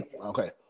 Okay